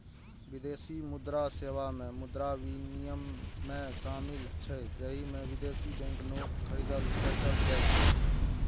विदेशी मुद्रा सेवा मे मुद्रा विनिमय शामिल छै, जाहि मे विदेशी बैंक नोट खरीदल, बेचल जाइ छै